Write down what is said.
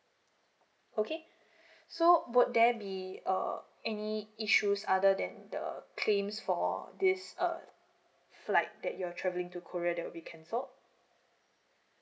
okay so would there be uh any issues other than the claims for this err flight that you're travelling to korea that have been cancelled